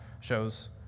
shows